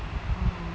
oh